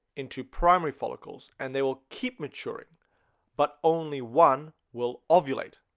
into primary follicles, and they will keep maturing but only one will ovulate